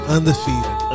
Undefeated